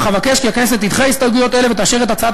אך אבקש כי הכנסת תדחה הסתייגויות אלה ותאשר את הצעת